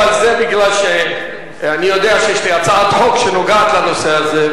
אבל זה כי אני יודע שיש לי הצעת חוק שנוגעת לנושא הזה,